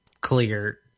clear